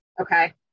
okay